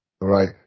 right